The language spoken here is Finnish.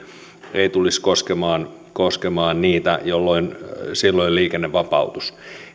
eivät tulisi koskemaan koskemaan niitä jolloin liikenne vapautuisi